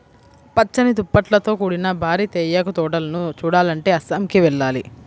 పచ్చని దుప్పట్లతో కూడిన భారీ తేయాకు తోటలను చూడాలంటే అస్సాంకి వెళ్ళాలి